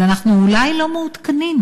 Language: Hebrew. אז אנחנו אולי לא מעודכנים.